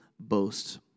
boast